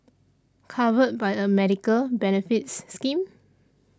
covered by a medical benefits scheme